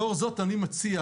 לאור זאת אני מציע,